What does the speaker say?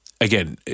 again